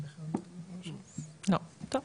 לא, טוב.